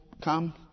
come